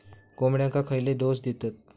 कोंबड्यांक खयले डोस दितत?